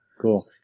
cool